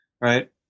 right